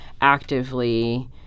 actively